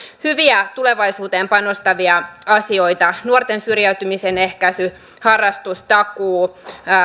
hyviä tulevaisuuteen panostavia asioita nuorten syrjäytymisen ehkäisy harrastustakuu